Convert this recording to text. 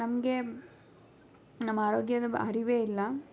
ನಮಗೆ ನಮ್ಮ ಆರೋಗ್ಯದ ಅರಿವೇ ಇಲ್ಲ